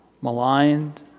maligned